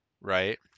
right